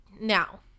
Now